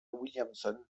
williamson